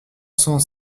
cent